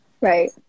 Right